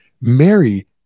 Mary